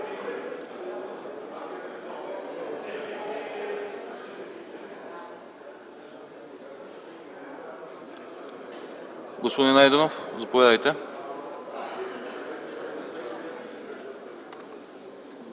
Господин Найденов заповядайте.